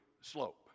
slope